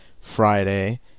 Friday